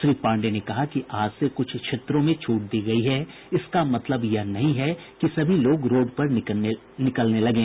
श्री पांडेय ने कहा कि आज से कुछ क्षेत्रों में छूट दी गयी है इसका मतलब यह नहीं है कि सभी लोग रोड पर निकलने लगे